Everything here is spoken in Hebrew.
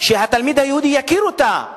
שהתלמיד היהודי יכיר אותה.